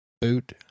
boot